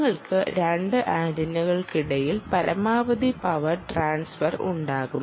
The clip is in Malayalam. നിങ്ങൾക്ക് 2 ആന്റിനയ്ക്കിടയിൽ പരമാവധി പവർ ട്രാൻസ്ഫർ ഉണ്ടാവും